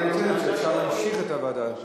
היא הנותנת שאפשר להמשיך את הוועדה.